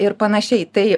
ir panašiai tai